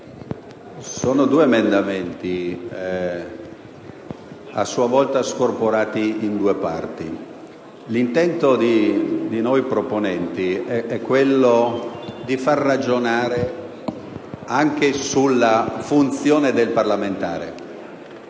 sono, a loro volta, scorporati in due parti. L'intento di noi proponenti è quello di far ragionare anche sulla funzione del parlamentare.